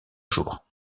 jour